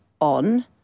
on